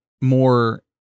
more